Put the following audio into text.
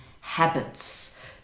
habits